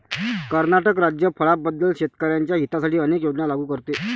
कर्नाटक राज्य फळांबद्दल शेतकर्यांच्या हितासाठी अनेक योजना लागू करते